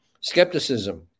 skepticism